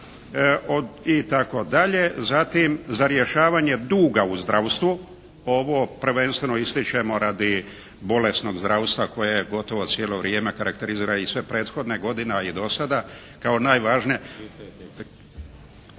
itd. Zatim za rješavanje duga u zdravstvu, ovo prvenstveno ističemo radi bolesnog zdravstva koje gotovo cijelo vrijeme karakterizira i sve prethodne godine a i dosada, kao najvažnije